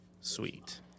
Sweet